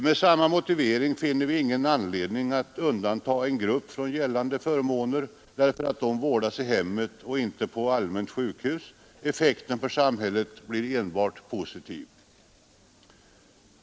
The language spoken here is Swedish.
Med samma motivering finner vi ingen anledning att undanta en grupp från gällande förmåner därför att de vårdas i hemmet och inte på sjukhus — effekten för samhället blir enbart positiv.